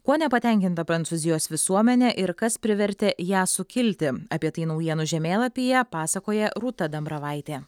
kuo nepatenkinta prancūzijos visuomenė ir kas privertė ją sukilti apie tai naujienų žemėlapyje pasakoja rūta dambravaitė